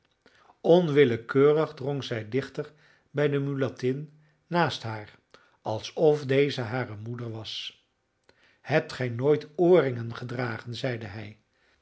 onwillekeurig drong zij dichter bij de mulattin naast haar alsof deze hare moeder was hebt gij nooit oorringen gedragen zeide hij